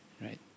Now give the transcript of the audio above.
right